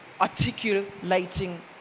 articulating